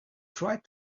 tried